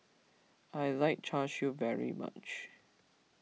I like Char Siu very much